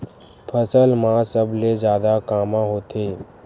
फसल मा सबले जादा कामा होथे?